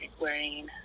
wearing